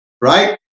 right